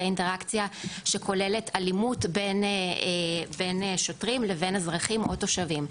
אינטראקציה שכוללת אלימות בין שוטרים לבין אזרחים או תושבים.